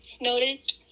noticed